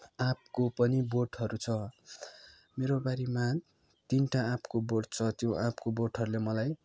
आँपको पनि बोटहरू छ मेरो बारीमा तिनवटा आँपको बोट छ त्यो आँपको बोटहरूले मलाई